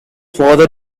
father